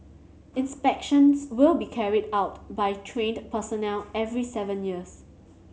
inspections will be carried out by trained personnel every seven years